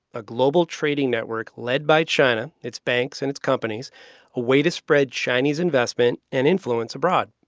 a global trading network led by china, its banks and its companies a way to spread chinese investment and influence abroad.